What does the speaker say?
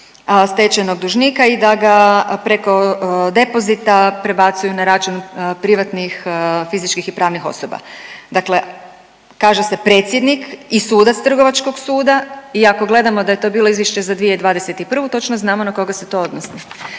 stečajnog dužnika i da ga preko depozita prebacuju na račun privatnih fizičkih i pravnih osoba. Dakle, kaže se predsjednik i sudac Trgovačkog suda i ako gledamo da je to bilo izvješće za 2021. točno znamo na koga se to odnosi.